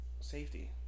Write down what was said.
safety